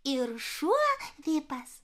ir šuo vipas